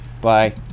Bye